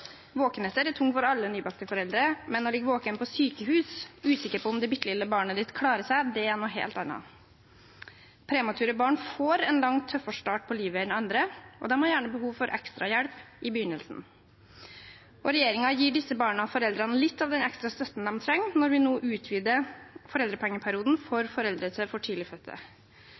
Våkenetter er tungt for alle nybakte foreldre, men å ligge våken på sykehus, usikker på om det bitte lille barnet klarer seg, er noe helt annet. Premature barn får en langt tøffere start på livet enn andre, og de har gjerne behov for ekstra hjelp i begynnelsen. Regjeringen gir disse barna og foreldrene litt av den ekstra støtten de trenger, når vi nå utvider foreldrepengeperioden for foreldre til for